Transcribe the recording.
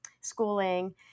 schooling